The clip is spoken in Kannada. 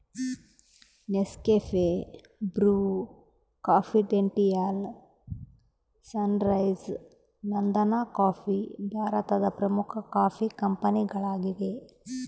ನೆಸ್ಕೆಫೆ, ಬ್ರು, ಕಾಂಫಿಡೆಂಟಿಯಾಲ್, ಸನ್ರೈಸ್, ನಂದನಕಾಫಿ ಭಾರತದ ಪ್ರಮುಖ ಕಾಫಿ ಕಂಪನಿಗಳಾಗಿವೆ